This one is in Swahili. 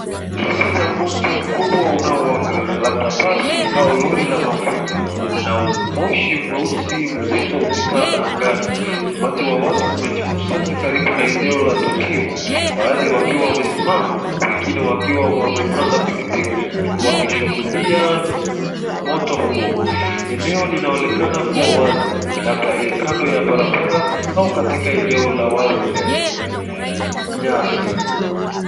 Kisa cha moto mkubwa unaowaka . Labda basi au Lori la mafuta na Moshi mweusi mzito hukitanda hangani. Umati Wa watu wamekusanyika karibu na eneo la tukio. Baadhi wakiwa wamesimama wengine wakiwa wamepanda pikipiki wakishuhudia moto huo. Eneo linaonekana kuwa wazi labda kando ya Barbara au katika eneo la wazi lenye nyasi.